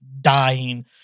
dying